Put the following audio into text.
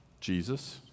Jesus